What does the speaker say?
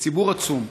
זה ציבור עצום.